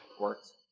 works